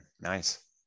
nice